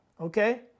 okay